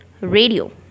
radio